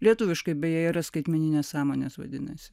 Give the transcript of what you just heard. lietuviškai beje yra skaitmeninė sąmonės vadinasi